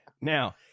Now